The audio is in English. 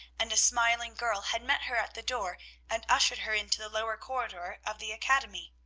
and a smiling girl had met her at the door and ushered her into the lower corridor of the academy.